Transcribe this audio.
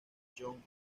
jon